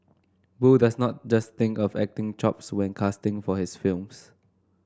boo does not just think of acting chops when casting for his films